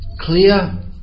clear